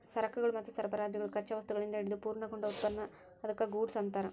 ಸರಕುಗಳು ಮತ್ತು ಸರಬರಾಜುಗಳು ಕಚ್ಚಾ ವಸ್ತುಗಳಿಂದ ಹಿಡಿದು ಪೂರ್ಣಗೊಂಡ ಉತ್ಪನ್ನ ಅದ್ಕ್ಕ ಗೂಡ್ಸ್ ಅನ್ತಾರ